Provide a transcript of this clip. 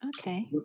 Okay